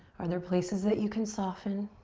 are there places that you can soften?